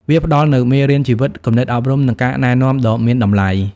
វាផ្តល់នូវមេរៀនជីវិត គំនិតអប់រំ និងការណែនាំដ៏មានតម្លៃ។